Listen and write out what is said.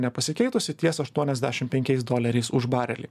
nepasikeitusi ties aštuoniasdešim penkiais doleriais už barelį